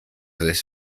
this